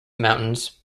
mountains